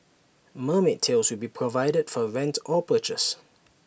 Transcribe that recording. mermaid tails will be provided for rent or purchase